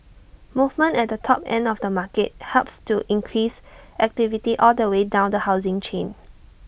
movement at the top end of the market helps to increase activity all the way down the housing chain